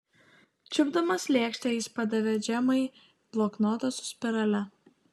čiupdamas lėkštę jis padavė džemai bloknotą su spirale